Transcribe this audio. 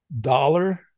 dollar